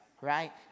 right